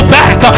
back